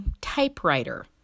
typewriter